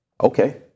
Okay